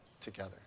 together